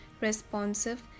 responsive